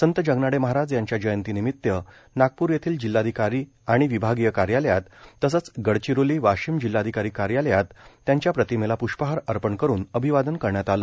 संत जगनाडे महाराज यांच्या जयंती निमित्त नागपूर येथिल जिल्हाधिकारी आणि विभागीय कार्यालयात तसेच गडचिरोली वाशिम जिल्हाधिकारी कार्यालयात संत त्यांच्या प्रतिमेला पृष्पहार अर्पण करून अभिवादन करण्यात आले